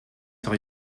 sans